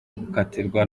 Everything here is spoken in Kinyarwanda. gukatirwa